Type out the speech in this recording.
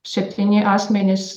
septyni asmenys